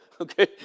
okay